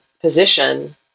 position